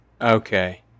Okay